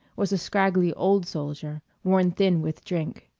was a scraggly old soldier, worn thin with drink.